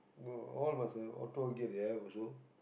but uh all must have auto gear they have also